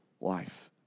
life